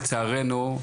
לצערנו,